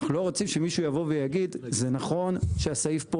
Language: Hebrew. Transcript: אנחנו לא רוצים שמישהו יבוא ויגיד שזה נכון שהסעיף פה